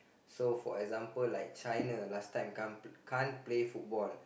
so for example like China last time can't uh can't play football